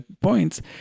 points